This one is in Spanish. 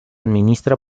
administra